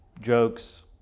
jokes